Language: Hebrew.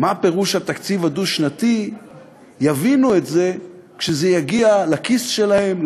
מה פירוש התקציב הדו-שנתי יבינו את זה כשזה יגיע לכיס שלהם,